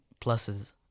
pluses